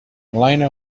elena